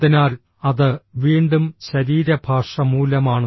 അതിനാൽ അത് വീണ്ടും ശരീരഭാഷ മൂലമാണ്